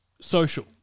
Social